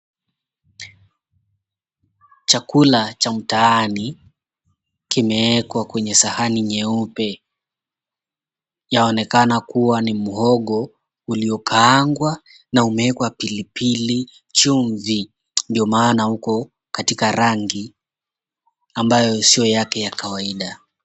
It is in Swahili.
Chakula cha mtaaani kimeekwa kwenye sahani nyeupe. Yanaonekana kuwa ni mhogo uliokaangwa na umeekwa pilipili-chumvi ndio maana uko katika rangi ambayo sio yake ya kawaida.